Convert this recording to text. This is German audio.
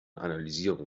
analysieren